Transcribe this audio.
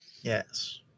Yes